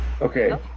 Okay